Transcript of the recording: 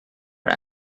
are